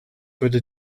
würde